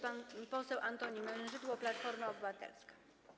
Pan poseł Antoni Mężydło, Platforma Obywatelska.